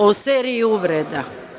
O seriji uvreda.